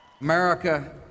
America